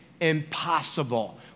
impossible